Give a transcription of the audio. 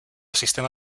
sistema